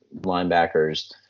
linebackers